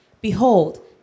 Behold